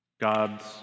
God's